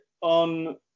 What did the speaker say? on